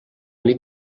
nit